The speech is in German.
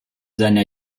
seiner